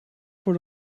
voor